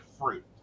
fruit